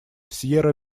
сьерра